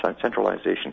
centralization